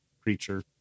creature